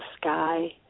sky